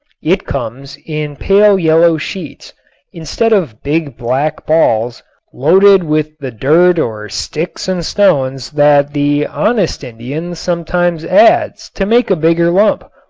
it comes in pale yellow sheets instead of big black balls loaded with the dirt or sticks and stones that the honest indian sometimes adds to make a bigger lump.